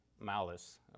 malice